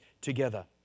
together